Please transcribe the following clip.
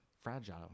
fragile